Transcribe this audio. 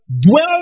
dwell